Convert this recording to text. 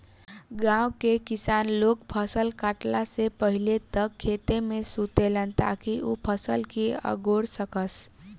गाँव के किसान लोग फसल काटला से पहिले तक खेते में सुतेलन ताकि उ फसल के अगोर सकस